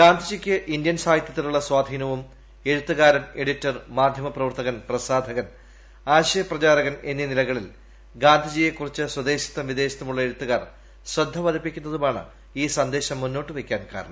ഗാന്ധിജിക്ക് Indian സാഹിത്യത്തിലുള്ള സ്വാധീനവും എഴുത്തുകാരൻ എഡിറ്റർ മാധ്യമപ്രവർത്തകൻ പ്രസാധകൻ ആശയ പ്രചാരകൻ എന്നീ നിലകളിൽ ഗാന്ധിജിയെക്കുറിച്ച് സ്വദേശത്തും വിദേശത്തുമുള്ള എഴുത്തുകാർ ശ്രദ്ധ പതിപ്പിക്കുന്നതുമാണ് ഈ സന്ദേശം മുന്നോട്ട് വയ്ക്കാൻ കാരണം